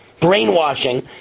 brainwashing